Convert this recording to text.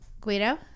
Guido